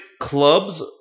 clubs